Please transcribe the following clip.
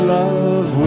love